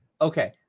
Okay